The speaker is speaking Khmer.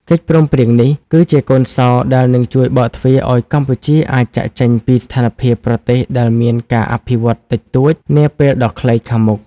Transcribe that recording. កិច្ចព្រមព្រៀងនេះ គឺជាកូនសោដែលនឹងជួយបើកទ្វារឱ្យកម្ពុជាអាចចាកចេញពីស្ថានភាពប្រទេសដែលមានការអភិវឌ្ឍតិចតួចនាពេលដ៏ខ្លីខាងមុខ។